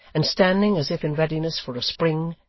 and standing as if in readiness for a spring,